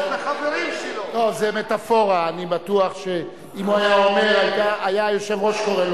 אדוני היושב-ראש.